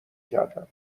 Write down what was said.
کردم